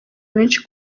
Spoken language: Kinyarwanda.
benshi